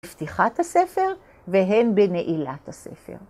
בפתיחת הספר והן בנעילת הספר.